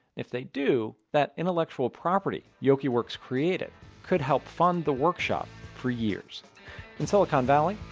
if they do, that intellectual property yokyworks created could help fund the workshop for years in silicon valley,